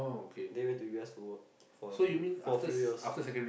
then he went to U_S to work for a few for a few years